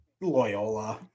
Loyola